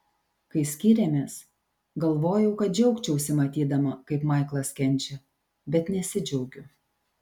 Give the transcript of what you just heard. kai skyrėmės galvojau kad džiaugčiausi matydama kaip maiklas kenčia bet nesidžiaugiu